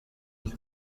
mbi